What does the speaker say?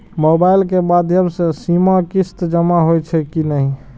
Mobile के माध्यम से सीमा किस्त जमा होई छै कि नहिं?